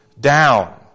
down